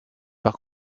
par